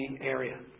area